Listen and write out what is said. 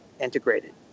integrated